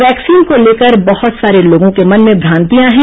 vaccine को लेकर बहत सारे लोगों के मन में भ्रांतियां हैं